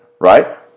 right